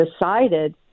decided